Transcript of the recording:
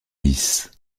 lisses